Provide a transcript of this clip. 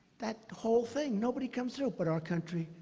that whole thing, nobody comes through, but our country,